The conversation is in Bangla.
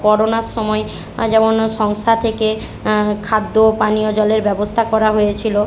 করোনার সময় যেমন সংস্থা থেকে খাদ্য পানীয় জলের ব্যবস্থা করা হয়েছিল